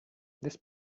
this